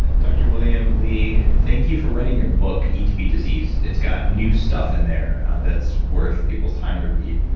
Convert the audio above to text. ah william li, thank you for writing your book, eat to beat disease. it's got new stuff in there that's worth people's time to read.